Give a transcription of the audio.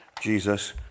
Jesus